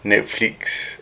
Netflix